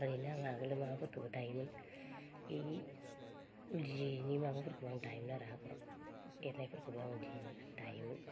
ओरैनो आं आगोलाव माबाफोरखोबो दायोमोन ओइय ऊल जिनि माबाफोरखो आं दायोमोन आरो आगर एरनायफोरखोबो आं दायोमोन